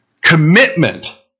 Commitment